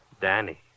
Danny